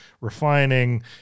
refining